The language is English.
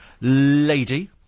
lady